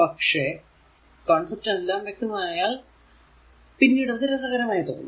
പക്ഷെ കോൺസെപ്റ് എല്ലാം വ്യക്തമായാൽ പിന്നീട് അത് രസകരമായി തോന്നും